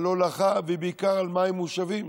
על הולכה, ובעיקר, על מים מושבים?